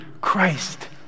Christ